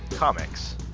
comics